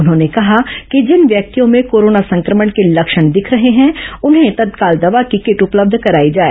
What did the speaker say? उन्होंने कहा कि जिन व्यक्तियों में कोरोना संक्रमण के लक्षण दिख रहे हैं उन्हें तत्काल दवा की किट उपलब्ध कराई जाए